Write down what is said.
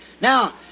Now